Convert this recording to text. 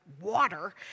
water